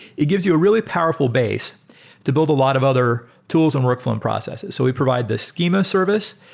it gives you a really powerful base to build a lot of other tools and workflow and processes. so we provide the schema service.